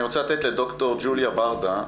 אני רוצה לתת לד"ר ג'וליה ברדה,